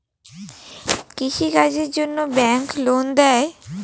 কৃষি কাজের জন্যে ব্যাংক লোন দেয়?